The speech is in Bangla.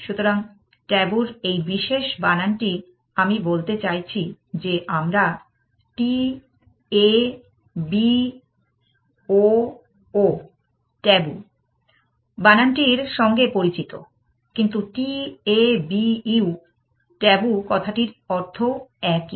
সুতরাং ট্যাবু র এই বিশেষ বানানটি আমি বলতে চাইছি যে আমরা t a b o o taboo বানানটির সঙ্গে পরিচিত কিন্তু ট্যাবু কথাটির অর্থও একই